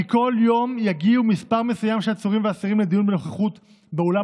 כי בכל יום יגיע מספר מסוים של עצירים ואסירים לדיון בנוכחות באולם